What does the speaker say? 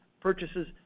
purchases